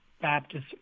Baptist